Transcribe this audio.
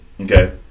Okay